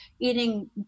eating